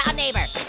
um neighbor,